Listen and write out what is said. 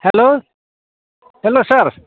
hello sir